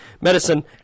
medicine